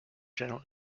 general